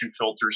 filters